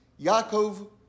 Yaakov